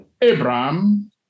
Abraham